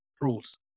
rules